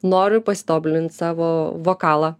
noriu pasitobulint savo vokalą